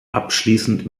abschließend